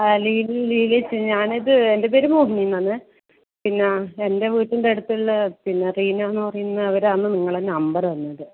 ആ ലീലേച്ചി ഞാനിത് എൻ്റെ പേര് മോഹിനി എന്നാണ് പിന്നെ എൻ്റെ വീട്ടിൻ്റടുത്തുള്ള പിന്നെ റീന എന്ന് പറയുന്ന അവരാണ് നിങ്ങളെ നമ്പറ് തന്നത്